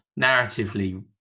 narratively